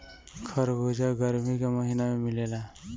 खरबूजा गरमी के महिना में मिलेला